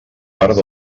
parc